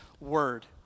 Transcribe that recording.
word